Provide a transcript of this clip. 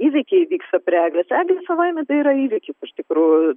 įvykiai vyksta prie eglės eglė savaime tai yra įvykis iš tikrųjų